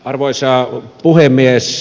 arvoisa puhemies